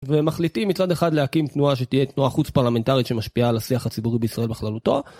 ומחליטים מצד אחד להקים תנועה שתהיה תנועה חוץ פרלמנטרית שמשפיעה על השיח הציבורי בישראל בכללותו.